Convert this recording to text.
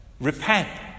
Repent